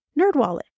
NerdWallet